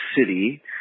City